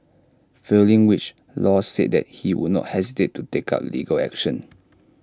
failing which law said that he would not hesitate to take up legal action